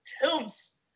tilts